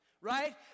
Right